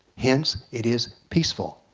hence it is peaceful.